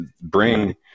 bring